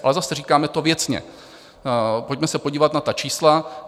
Ale zase, říkáme to věcně: pojďme se podívat na ta čísla.